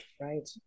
Right